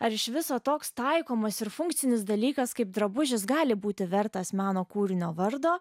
ar iš viso toks taikomas ir funkcinis dalykas kaip drabužis gali būti vertas meno kūrinio vardo